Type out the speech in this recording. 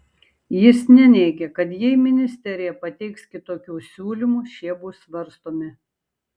jis neneigė kad jei ministerija pateiks kitokių siūlymų šie bus svarstomi